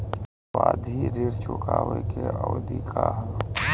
सावधि ऋण चुकावे के अवधि का ह?